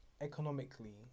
economically